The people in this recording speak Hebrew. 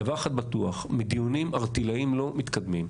דבר אחד בטוח, מדיונים ערטילאיים לא מתקדמים.